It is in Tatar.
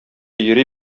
йөри